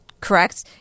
Correct